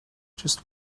just